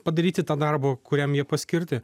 padaryti tą darbą kuriam jie paskirti